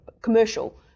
commercial